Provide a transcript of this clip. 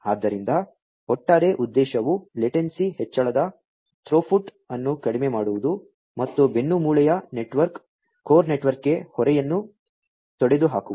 ಆದ್ದರಿಂದ ಒಟ್ಟಾರೆ ಉದ್ದೇಶವು ಲೇಟೆನ್ಸಿ ಹೆಚ್ಚಳದ ಥ್ರೋಪುಟ್ ಅನ್ನು ಕಡಿಮೆ ಮಾಡುವುದು ಮತ್ತು ಬೆನ್ನುಮೂಳೆಯ ನೆಟ್ವರ್ಕ್ ಕೋರ್ ನೆಟ್ವರ್ಕ್ಗೆ ಹೊರೆಯನ್ನು ತೊಡೆದುಹಾಕುವುದು